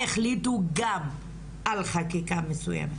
יחליטו גם על חקיקה מסויימת,